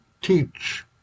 teach